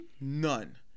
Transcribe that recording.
None